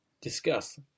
Discuss